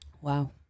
Wow